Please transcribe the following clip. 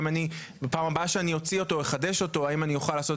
האם בפעם הבאה שאני אחדש אותו האם אוכל לעשות